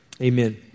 Amen